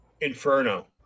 Inferno